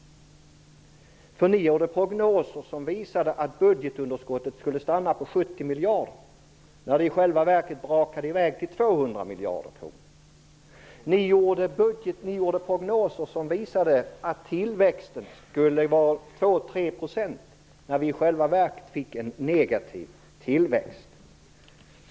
Ni gjorde prognoser som visade att budgetunderskottet skulle stanna på 70 miljarder. I själva verket brakade det iväg till 200 miljarder. Ni gjorde prognoser som visade att tillväxten skulle bli 2-3 %, när vi i själva verket fick en negativ tillväxt.